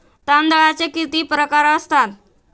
तांदळाचे किती प्रकार असतात?